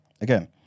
again